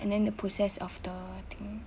and then the process of the thing